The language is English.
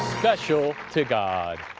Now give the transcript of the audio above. special to god!